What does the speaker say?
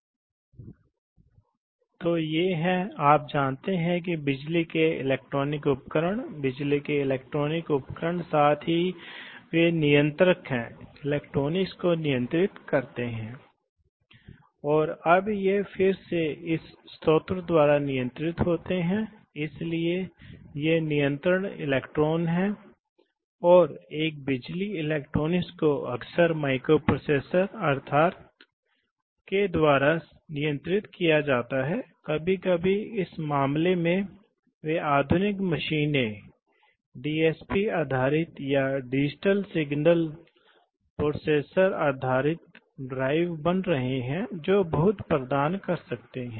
तो ऐसे मामलों में एक का उपयोग करता है आप न्यूमेटिक्स सिलेंडरों को जानते हैं और वे विभिन्न प्रकार के हो सकते हैं वे एकल अभिनय हो सकते हैं जहां शायद स्प्रिंग लोड किया जाता है इसलिए एक तरफ से आप दबाव लागू करते हैं इसलिए यह केवल इस तरफ बढ़ता है वापसी संभव है एक स्प्रिंग द्वारा आम तौर पर एक स्प्रिंग द्वारा होता है ताकि आपको वास्तव में दूसरी तरफ गति की आवश्यकता न हो यदि आप यदि आपके पास एक डबल एक्टिंग सिलेंडर है तो कनेक्टिंग रॉड इस तरह से दोनों तरीकों से आगे बढ़ सकता है और आप लागू कर सकते हैं इसलिए आप लागू करें आप पिस्टन के दोनों किनारों पर दबाव लागू कर सकते हैं